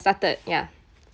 started ya